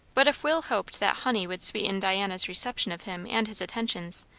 but if will hoped that honey would sweeten diana's reception of him and his attentions,